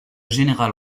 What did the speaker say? général